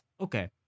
okay